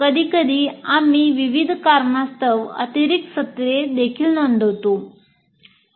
कधीकधी आम्ही विविध कारणास्तव अतिरिक्त सत्रे देखील नोंदवतो